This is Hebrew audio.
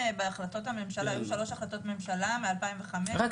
היו שלוש החלטות ממשלה מ-2005 --- רק